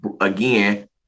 again